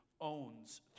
owns